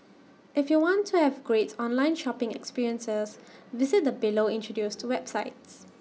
if you want to have great online shopping experiences visit the below introduced websites